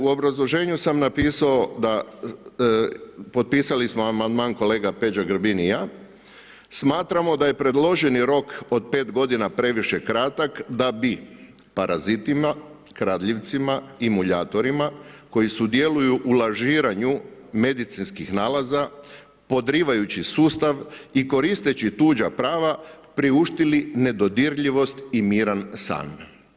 U obrazloženju sam napisao, potpisali smo amandman kolega Peđa Grbin i ja, smatramo da je predloženi rok od 5 godina previše kratak da bi parazitima, kradljivcima i muljatorima koji sudjeluju u lažiranju medicinskih nalaza podrivajući sustav i koristeći tuđa prava priuštili nedodirljivost i miran san.